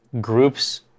groups